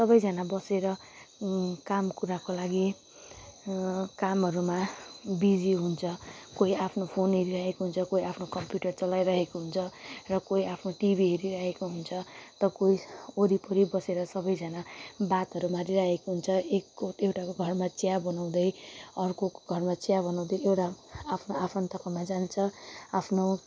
सबैजाना बसेर कामकुराको लागि कामहरूमा बिजी हुन्छ कोही आफ्नो फोन हेरिरएको हुन्छ कोही कम्प्युटर चलाइरहेको हुन्छ र कोई आफ्नो टिभी हेरिरएको हुन्छ त कोही वरिपरि बसेर सबैजाना बातहरू मारिरहेको हुन्छ एकको एउटाको घरमा चिया बनाउँदै अर्कोको घरमा चिया बनाउँदै एउटा आफ्नो आफन्तकोमा जान्छ